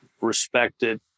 respected